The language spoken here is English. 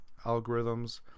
algorithms